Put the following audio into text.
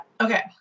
Okay